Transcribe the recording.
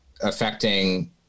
affecting